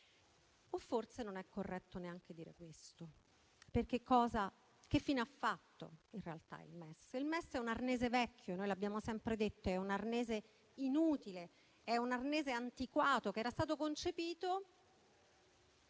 O forse non è corretto neanche dire questo. Che fine ha fatto in realtà il MES? Il MES è un arnese vecchio, come noi abbiamo sempre detto. È un arnese inutile ed antiquato, che era stato concepito